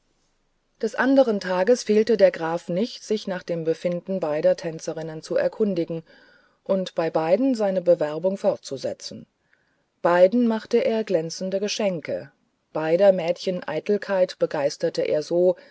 des anderen tages fehlte der graf nicht sich nach dem befinden beider tänzerinnen zu erkundigen und bei beiden seine bewerbungen fortzusetzen beiden machte er glänzende geschenke beider mädchen eitelkeit begeisterte er so